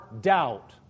doubt